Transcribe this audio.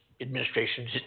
administration